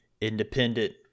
independent